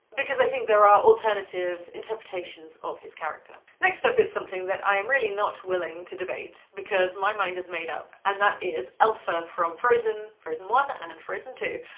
because i think there are alternative interpretations of his character. next up is something that i am really not willing to debate, because my mind is made up, and that is elsa from frozen. frozen one and then and frozen two.